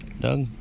Doug